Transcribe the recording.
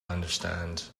understand